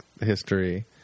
history